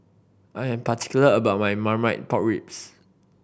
I am particular about my Marmite Pork Ribs